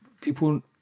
people